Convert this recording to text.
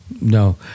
No